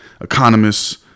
economists